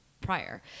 prior